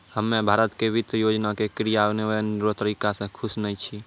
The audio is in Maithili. हम्मे भारत के वित्त योजना के क्रियान्वयन रो तरीका से खुश नै छी